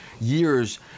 years